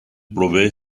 provee